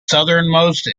southernmost